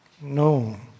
No